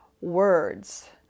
words